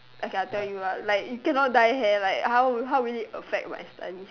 okay I'll tell you ah you cannot dye hair like how would it affect my studies